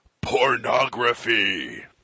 pornography